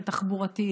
התחבורתית,